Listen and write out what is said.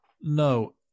No